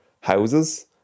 houses